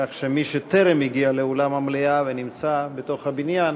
כך שמי שטרם הגיע לאולם המליאה ונמצא בתוך הבניין,